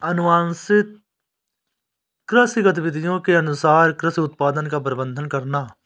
अनुशंसित कृषि गतिविधियों के अनुसार कृषि उत्पादन का प्रबंधन करना